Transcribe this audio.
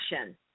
action